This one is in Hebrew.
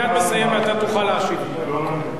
הוא מייד יסיים ואתה תוכל להשיב לו.